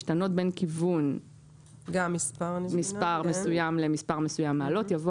משתנות בין כיוון " XXX - יבוא מספר - ל-YYY מעלות" יבוא